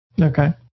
Okay